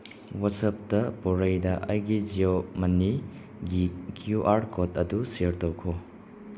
ꯋꯥꯆꯞꯇ ꯄꯣꯔꯩꯗ ꯑꯩꯒꯤ ꯖꯤꯌꯣ ꯃꯅꯤꯒꯤ ꯀ꯭ꯌꯨ ꯑꯥꯔ ꯀꯣꯠ ꯑꯗꯨ ꯁꯤꯌꯥꯔ ꯇꯧꯈꯣ